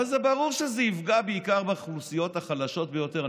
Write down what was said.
אבל ברור שזה יפגע בעיקר באוכלוסיות החלשות ביותר.